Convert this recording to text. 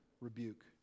rebuke